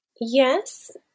Yes